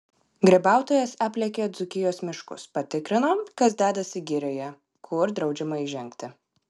grybautojas aplėkė dzūkijos miškus patikrino kas dedasi girioje kur draudžiama įžengti